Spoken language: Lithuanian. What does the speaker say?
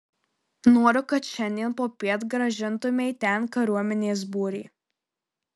noriu kad šiandien popiet grąžintumei ten kariuomenės būrį